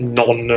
non